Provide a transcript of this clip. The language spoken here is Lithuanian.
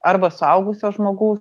arba suaugusio žmogaus